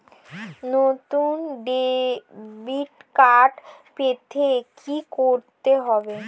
নতুন debit card পেতে কী করতে হবে?